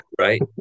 Right